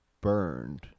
burned